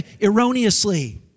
erroneously